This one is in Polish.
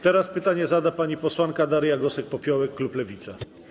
Teraz pytanie zada pani posłanka Daria Gosek-Popiołek, klub Lewica.